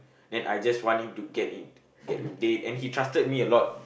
and I just want him to get in get a date and he trusted me a lot